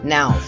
Now